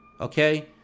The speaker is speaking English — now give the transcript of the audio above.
Okay